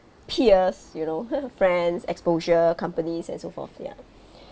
peers you know friends exposure companies and so forth ya